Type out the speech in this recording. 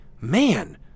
man